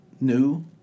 new